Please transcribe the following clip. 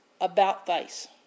about-face